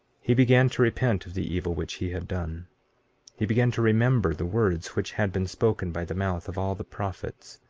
he began to repent of the evil which he had done he began to remember the words which had been spoken by the mouth of all the prophets,